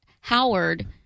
Howard